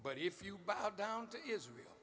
but if you buy down to israel